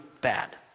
bad